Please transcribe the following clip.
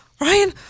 Ryan